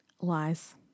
Lies